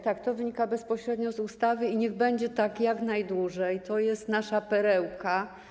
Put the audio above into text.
Tak, to wynika bezpośrednio z ustawy i niech będzie tak jak najdłużej, to jest nasza perełka.